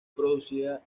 producida